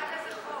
בעד איזה חוק,